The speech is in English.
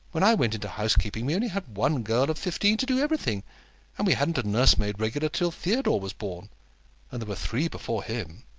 when i went into housekeeping, we only had one girl of fifteen to do everything and we hadn't a nursemaid regular till theodore was born and there were three before him.